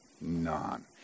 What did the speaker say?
none